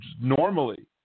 normally